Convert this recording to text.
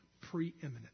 preeminent